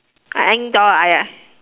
I I door !aiya!